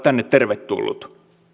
tänne tervetullut